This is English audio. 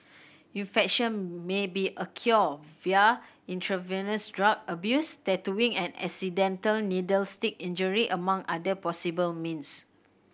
infection may be acquired via intravenous drug abuse tattooing and accidental needle stick injury among other possible means